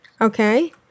Okay